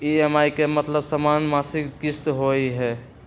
EMI के मतलब समान मासिक किस्त होहई?